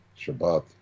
Shabbat